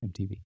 MTV